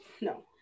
No